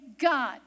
God